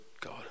God